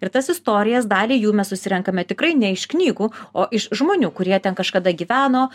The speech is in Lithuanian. ir tas istorijas dalį jų mes susirenkame tikrai ne iš knygų o iš žmonių kurie ten kažkada gyveno